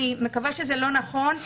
אני מקווה שזה לא נכון,